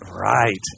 Right